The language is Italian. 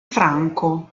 franco